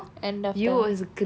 end of the